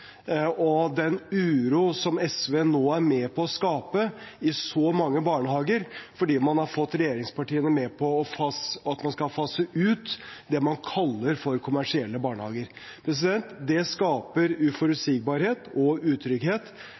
og å være med på å skape den uroen som SV nå gjør i mange barnehager, fordi man har fått regjeringspartiene med på å fase ut det man kaller kommersielle barnehager. Det skaper uforutsigbarhet og utrygghet